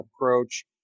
approach